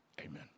Amen